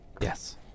Yes